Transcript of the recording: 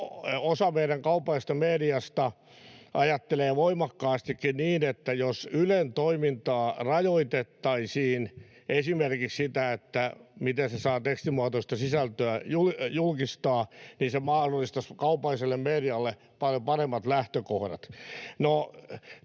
osa meidän kaupallisesta mediasta ajattelee voimakkaastikin niin, että jos Ylen toimintaa rajoitettaisiin, esimerkiksi sitä, miten se saa tekstimuotoista sisältöä julkistaa, se mahdollistaisi kaupalliselle medialle paljon paremmat lähtökohdat.